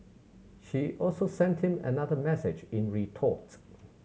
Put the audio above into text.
she also sent him another message in retort